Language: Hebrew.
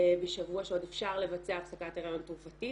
שבוע שעוד אפשר לבצע הפסקת הריון תרופתית,